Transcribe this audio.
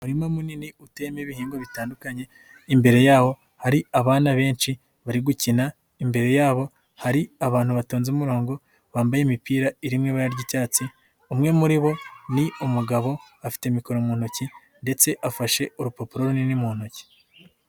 Umu harimo munini uteyemo ibihingwa bitandukanye, imbere yawo hari abana benshi bari gukina, imbere yabo hari abantu batonze umurongo bambaye imipira irimo ibara ry'icyatsi, umwe muri bo ni umugabo afite mikoro mu ntoki ndetse afashe urupapuro runini mu ntoki.